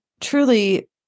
truly